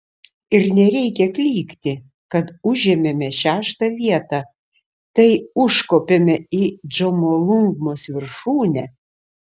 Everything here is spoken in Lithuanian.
ir nereikia klykti kad užėmėme šeštą vietą tai užkopėme į džomolungmos viršūnę